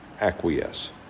Acquiesce